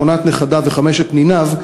שמונת נכדיו וחמשת ניניו,